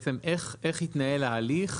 איך יתנהל ההליך